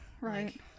right